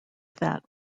that